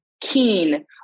keen